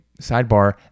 sidebar